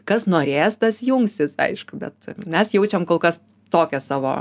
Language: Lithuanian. kas norės tas jungsis aišku bet mes jaučiam kol kas tokią savo